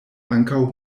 ankaŭ